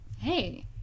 hey